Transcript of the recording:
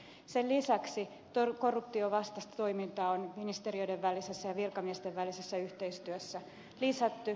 sen lisäksi korruptionvastaista toimintaa on ministeriöiden välisessä ja virkamiesten välisessä yhteistyössä lisätty